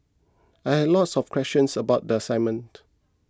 I had lots of questions about the assignment